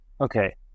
Okay